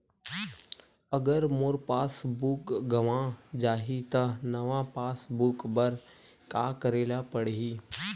अगर मोर passbook गवां जाहि त नवा पास बुक बर का करे ल पड़हि?